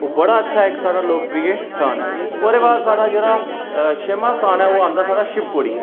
ओह् बड़ा अच्छा इक साढ़ा लोकप्रिय स्थान ऐ ओह्दे बाद साढ़ा जेह्ड़ा छेमां स्थान ऐ ओह् आंदा साढ़ा शिवखोड़ी